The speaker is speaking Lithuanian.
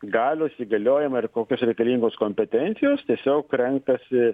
galios įgaliojimai ir kokios reikalingos kompetencijos tiesiog renkasi